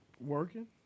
Working